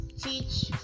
teach